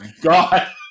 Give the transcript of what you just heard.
God